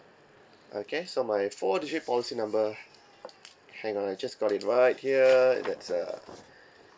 okay so my four digit policy number hang on I just got it right here that's uh